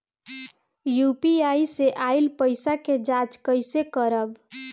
UPI से आइल पईसा के जाँच कइसे करब?